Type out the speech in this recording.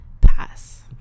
Pass